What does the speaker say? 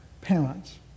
parents